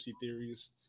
theories